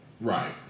Right